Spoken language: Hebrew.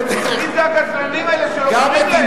מי זה הגזלנים האלה שלוקחים להם?